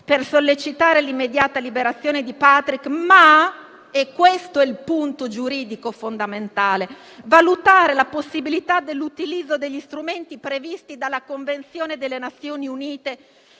per sollecitare l'immediata liberazione di Patrick Zaki», ma - è questo il punto giuridico fondamentale - valutando la possibilità dell'utilizzo degli strumenti previsti dalla Convenzione delle Nazioni Unite